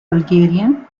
bulgarian